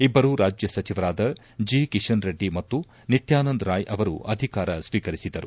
ಇಬ್ಬರು ರಾಜ್ಯ ಸಚಿವರಾದ ಜಿ ಕಿಶನ್ ರೆಡ್ಡಿ ಮತ್ತು ನಿತ್ಯಾನಂದ್ ರಾಯ್ ಅವರು ಅಧಿಕಾರ ಸ್ವೀಕರಿಸಿದರು